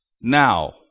now